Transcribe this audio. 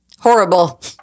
Horrible